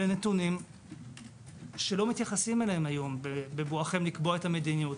אלה נתונים שלא מתייחסים אליהם היום בבואכם לקבוע את המדיניות.